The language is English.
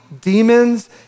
Demons